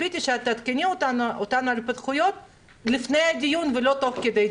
וציפיתי שאת תעדכני אותנו על ההתפתחויות לפני הדיון ולא תוך כדי דיון.